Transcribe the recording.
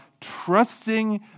trusting